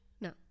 no